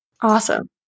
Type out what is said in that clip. Awesome